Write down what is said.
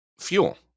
fuel